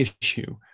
issue